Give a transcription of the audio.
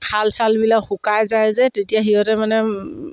খাল চালবিলাক শুকাই যায় যে তেতিয়া সিহঁতে মানে